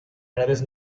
redes